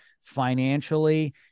financially